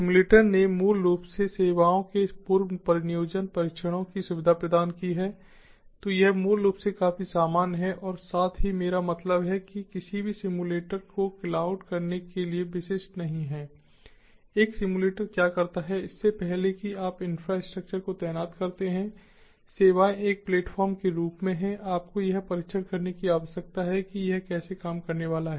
simulator ने मूल रूप से सेवाओं के पूर्व परिनियोजन परीक्षणों की सुविधा प्रदान की है तो यह मूल रूप से काफी सामान्य है और साथ ही मेरा मतलब है कि किसी भी सिम्युलेटर को क्लाउड करने के लिए विशिष्ट नहीं है एक सिम्युलेटर क्या करता है इससे पहले कि आप इंफ्रास्ट्रक्चर को तैनात करते हैं सेवाएं एक प्लेटफ़ॉर्म के रूप में है आपको यह परीक्षण करने की आवश्यकता है कि यह कैसे काम करने वाला है